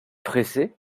pressé